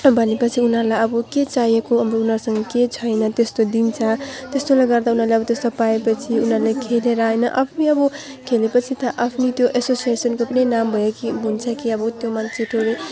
भनेपछि उनीहरूलाई अब के चाहिएको अब उनीहरूसँग के छैन त्यस्तो दिन्छ त्यस्तोले गर्दा उनाहरूले अब त्यस्तो पाएपछि उनीहरूले खेलेर होइन आफै अब खेलेपछि त आफ्नै त्यो एसोसिएसनको पनि नाम भयो कि हुन्छ कि अब त्यो मान्छे ठुलो